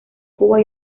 cuba